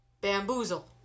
Bamboozle